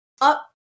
up